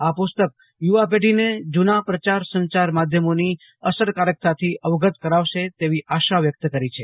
આ પુસ્તક યુવા પેઢીને જૂના પ્રચાર સંચાર માધ્યમોની અસરકારકતાથી અવગત કરાવશે તેવી આશા વ્યક્ત કરી છે